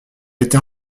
était